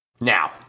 now